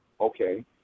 Okay